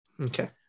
Okay